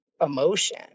emotion